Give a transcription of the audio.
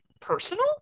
personal